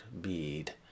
bead